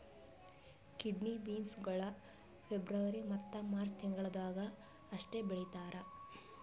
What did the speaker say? kidney beans ಗೊಳ್ February ಮತ್ತ March ತಿಂಗಿಳದಾಗ್ ಅಷ್ಟೆ ಬೆಳೀತಾರ್